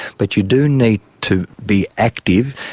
but you do need to be active,